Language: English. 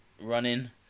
running